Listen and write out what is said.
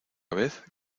vez